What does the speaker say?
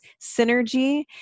synergy